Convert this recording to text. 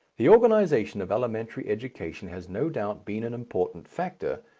the organization of elementary education has no doubt been an important factor,